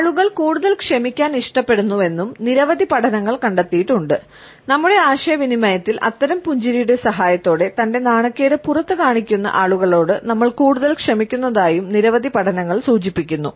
ആളുകൾ കൂടുതൽ ക്ഷമിക്കാൻ ഇഷ്ടപ്പെടുന്നുവെന്നും നിരവധി പഠനങ്ങൾ കണ്ടെത്തിയിട്ടുണ്ട് നമ്മുടെ ആശയവിനിമയത്തിൽ അത്തരം പുഞ്ചിരിയുടെ സഹായത്തോടെ തൻറെ നാണക്കേട് പുറത്ത് കാണിക്കുന്ന ആളുകളോട് നമ്മൾ കൂടുതൽ ക്ഷമിക്കുന്നതായും നിരവധി പഠനങ്ങൾ സൂചിപ്പിക്കുന്നു